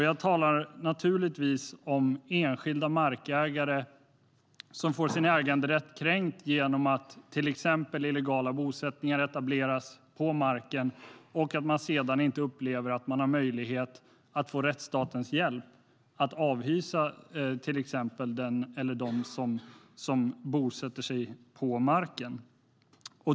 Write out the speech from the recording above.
Jag talar naturligtvis om enskilda markägare som får sin äganderätt kränkt genom att till exempel illegala bosättningar etableras på marken och att man sedan inte upplever att man har möjlighet att få rättsstatens hjälp att avhysa den eller de som bosätter sig på marken.